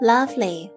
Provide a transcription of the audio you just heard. Lovely